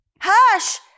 Hush